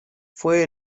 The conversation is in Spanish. fue